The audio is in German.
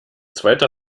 zweiter